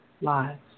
lives